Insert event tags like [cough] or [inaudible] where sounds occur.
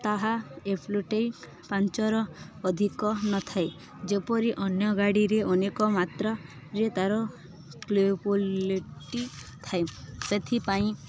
ତାହା [unintelligible] ପାଞ୍ଚର ଅଧିକ ନଥାଏ ଯେପରି ଅନ୍ୟ ଗାଡ଼ିରେ ଅନେକ ମାତ୍ରାରେ ତା'ର [unintelligible] ଥାଏ ସେଥିପାଇଁ